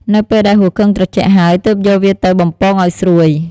នៅពេលដែលហ៊ូគឹងត្រជាក់ហើយ ទើបយកវាទៅ បំពងឱ្យស្រួយ។